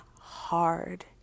hard